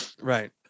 Right